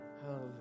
Hallelujah